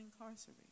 incarcerated